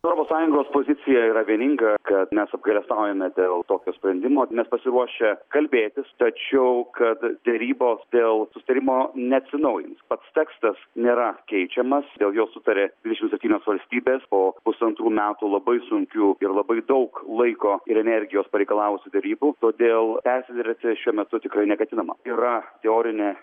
europos sąjungos pozicija yra vieninga kad mes apgailestaujame dėl tokio sprendimo mes pasiruošę kalbėtis tačiau kad derybos dėl susitarimo neatsinaujins pats tekstas nėra keičiamas dėl jo sutarė dvidešim septynios valstybės po pusantrų metų labai sunkių ir labai daug laiko ir energijos pareikalavusių derybų todėl persiderėti šiuo metu tikrai neketinama yra teorinė